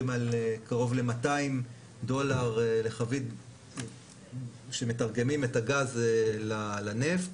על קרוב ל-200 דולר לחבית כשמתרגמים את הגז לנפט,